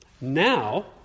Now